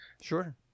sure